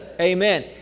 Amen